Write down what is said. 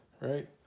Right